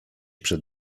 przed